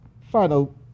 final